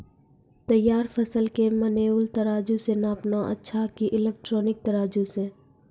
तैयार फसल के मेनुअल तराजु से नापना अच्छा कि इलेक्ट्रॉनिक तराजु से?